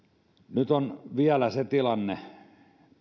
nyt on vielä se tilanne